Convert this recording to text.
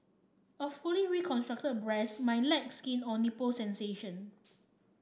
a fully reconstructed breast might lack skin or nipple sensation